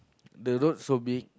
the road so big